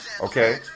Okay